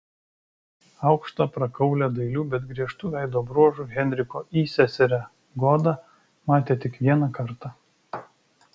aukštą prakaulią dailių bet griežtų veido bruožų henriko įseserę goda matė tik vieną kartą